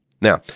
Now